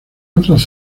otras